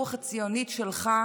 הרוח הציונית שלחה